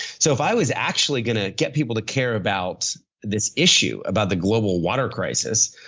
so, if i was actually going to get people to care about this issue, about the global water crisis,